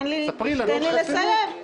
תן לי לסיים.